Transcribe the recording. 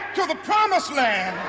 to the promised land.